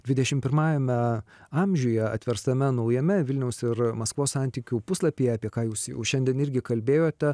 dvidešimt pirmajame amžiuje atverstame naujame vilniaus ir maskvos santykių puslapyje apie ką jūs jau šiandien irgi kalbėjote